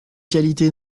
qualité